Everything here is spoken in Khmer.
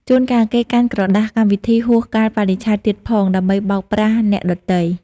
ជួនកាលគេកាន់ក្រដាសកម្មវិធីហួសកាលបរិច្ឆេទទៀតផង ដើម្បីបោកប្រាស់អ្នកដទៃ។